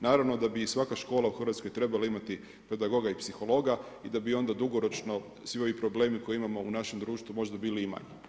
Naravno da bi i svaka škola u Hrvatskoj trebala imati pedagoga i psihologa i da bi onda dugoročno svi ovi problemi koje imamo u našem društvu možda bili i manji.